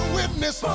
witness